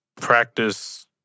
practice